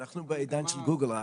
אנחנו בעידן של גוגל,